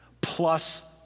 plus